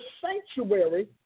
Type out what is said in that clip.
sanctuary